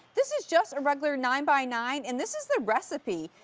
this is just a regular nine by nine and this is the recipe,